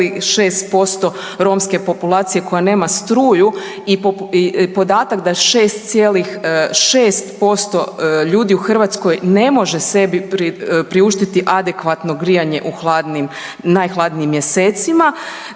14,6% romske populacije koja nema struju i podatak da je 6,6% ljudi u Hrvatskoj ne može sebi priuštiti adekvatno grijanje u hladnim, najhladnijim mjesecima,